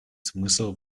смысл